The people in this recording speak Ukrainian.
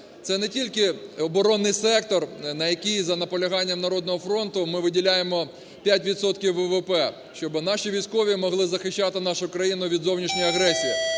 Це не тільки оборонний сектор, на який, за наполяганням "Народного фронту", ми виділяємо 5 відсотків ВВП, щоб наші військові могли захищати нашу країну від зовнішньої агресії,